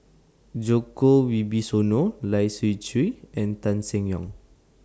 Djoko Wibisono Lai Siu Chiu and Tan Seng Yong